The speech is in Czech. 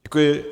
Děkuji.